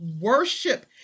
worship